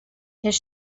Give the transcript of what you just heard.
his